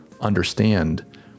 understand